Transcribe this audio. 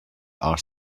are